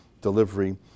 delivery